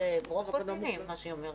זאת בעיה רצינית מה שהיא אומרת.